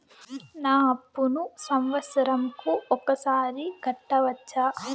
నా అప్పును సంవత్సరంకు ఒకసారి కట్టవచ్చా?